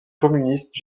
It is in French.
communiste